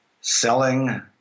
selling